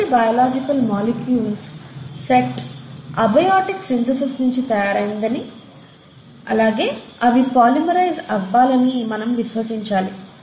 మొదటి biological molecules set abiotic synthesis నించి తయారైందని అలాగే అవి పోలిమరైజ్ అవ్వాలని మనం విశ్వసించాలి